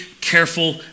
careful